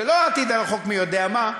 ולא בעתיד הרחוק מי-יודע-מה,